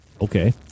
Okay